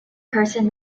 person